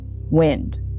Wind